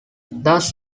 thus